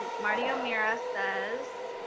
um martie omeara says,